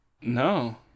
No